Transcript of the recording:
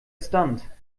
stunt